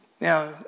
Now